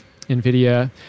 NVIDIA